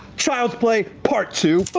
child's play, part two.